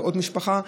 ועוד משפחה,